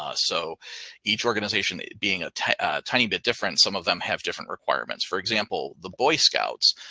ah so each organization being a tiny tiny bit different, some of them have different requirements. for example, the boy scouts.